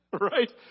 Right